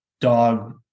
dog